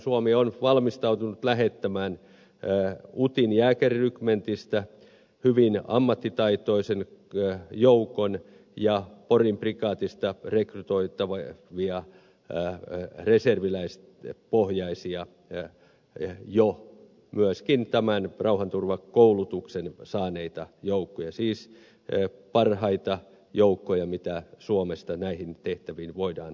suomi on valmistautunut lähettämään utin jääkärirykmentistä hyvin ammattitaitoisen joukon ja porin prikaatista rekrytoitava ja vilja ja reserviläis ja pohjaisia rekrytoitavia reserviläispohjaisia jo myöskin tämän rauhanturvakoulutuksen saaneita joukkoja siis parhaita joukkoja mitä suomesta näihin tehtäviin voidaan lähettää